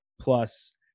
plus